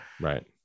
Right